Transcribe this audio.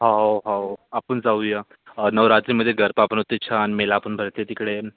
हा हा आपण जाऊया नवरात्रीमध्ये गरबा पण होते छान मेला पण भरते तिकडे